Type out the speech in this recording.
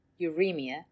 uremia